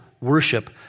worship